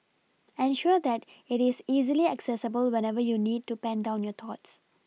ensure that it is easily accessible whenever you need to pen down your thoughts